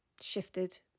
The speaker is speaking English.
shifted